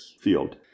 field